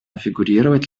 фигурировать